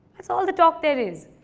that's all the talk there is.